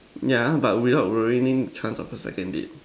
ya but without ruining the chance of the second date